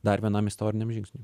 dar vienam istoriniam žingsniui